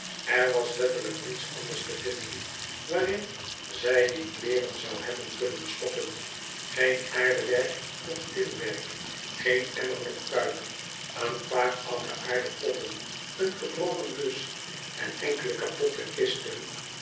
er was letterlijk niets anders te vinden waarin zij die kleeren zou hebben kunnen stoppen g-een aardewerk of tinwerk geen emmer noch kuip een paar oude aarden potten een gebroken bus en enkele kapotte kisten